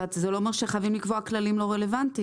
אבל זה לא אומר שחייבים לקבוע כללים לא רלוונטיים.